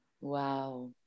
Wow